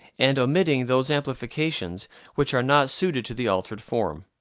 and omitting those amplifications which are not suited to the altered form.